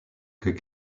que